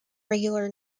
regular